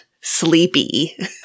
Sleepy